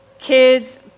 Kids